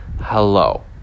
Hello